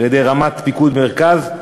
על-ידי רמ"ט פיקוד מרכז,